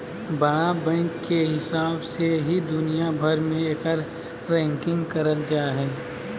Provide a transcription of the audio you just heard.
बड़ा बैंक के हिसाब से ही दुनिया भर मे एकर रैंकिंग करल जा हय